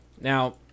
Now